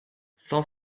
cent